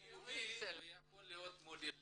חיובי וזה יכול להיות מודל לחיקוי.